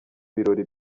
birori